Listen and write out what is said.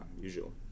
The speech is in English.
usual